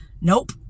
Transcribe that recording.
nope